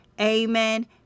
Amen